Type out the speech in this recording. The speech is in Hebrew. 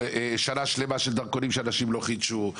שנה שלמה של דרכונים שאנשים לא חידשו.